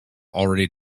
already